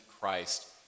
Christ